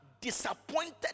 disappointed